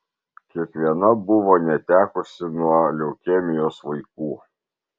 kiekviena buvo netekusi nuo leukemijos vaikų